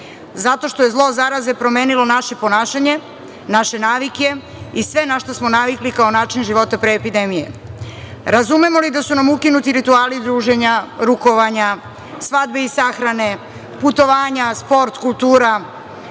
Zato što je zlo zaraze promenilo naše ponašanje, naše navike, i sve na šta smo navikli, kao način života pre epidemije. Razumemo li da su nam ukinuti rituali druženja, rukovanja, svadbe i sahrane, putovanja, sport, kultura,